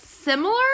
similar